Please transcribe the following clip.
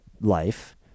life